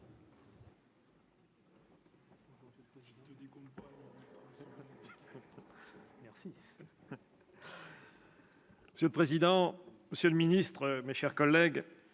Monsieur le président, monsieur le ministre, mes chers collègues,